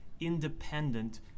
independent